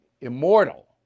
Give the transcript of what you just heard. immortal